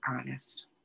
honest